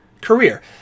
career